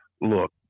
look